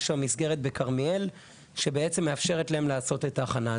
יש היום מסגרת בכרמיאל שבעצם מאפשרת להם לעשות את ההכנה.